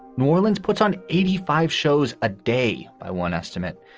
new orleans puts on eighty five shows a day. by one estimate,